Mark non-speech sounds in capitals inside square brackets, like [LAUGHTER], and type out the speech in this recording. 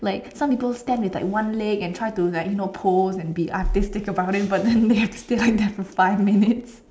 like some people stand with like one leg and try to like you know pose and be artistic about it but then [LAUGHS] they have stay like that for five minutes